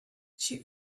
she